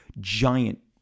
giant